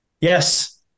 yes